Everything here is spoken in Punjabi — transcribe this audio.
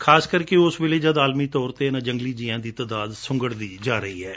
ਖਾਸ ਕਰਕੇ ਉਸ ਵੇਲੇ ਜਦ ਆਲਮੀ ਤੌਰ ਤੇ ਇਨੁਾਂ ਜੰਗਲੀ ਜੀਆਂ ਦੀ ਤਾਦਾਦ ਸੁੰਗਤਦੀ ਜਾ ਹਰੀ ਹੈ